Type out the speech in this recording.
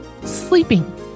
sleeping